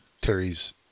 Terry's